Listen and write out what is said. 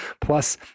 Plus